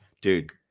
dude